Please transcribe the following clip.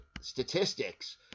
statistics